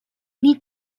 need